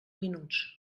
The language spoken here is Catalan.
minuts